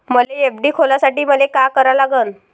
मले एफ.डी खोलासाठी मले का करा लागन?